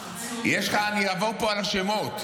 יש לך, אני אעבור פה על השמות,